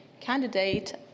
candidate